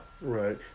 Right